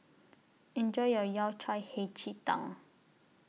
Enjoy your Yao Cai Hei Ji Tang